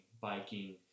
biking